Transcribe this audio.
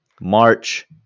march